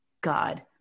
God